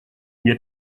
mir